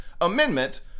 Amendment